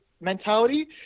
mentality